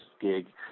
gig